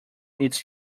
its